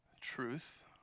truth